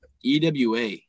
EWA